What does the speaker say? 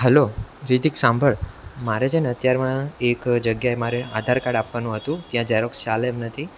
hello Ritik સાંભળ મારે છે ને અત્યારમાં એક જગ્યાએ મારે આધાર કાડ આપવાનું હતું ત્યાં ઝેરોક્ષ ચાલે એમ નથી